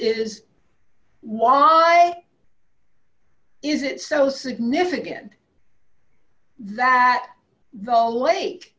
is why is it so significant that the lake